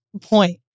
point